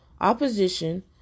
opposition